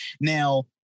Now